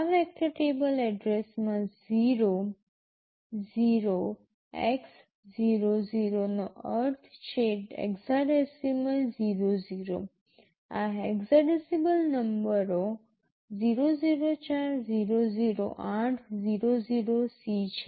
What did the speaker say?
આ vector table એડ્રેસમાં 0 0x00 નો અર્થ છે હેક્સાડેસિમલ 00 આ હેક્સાડેસિમલ નંબરો 004 008 00C છે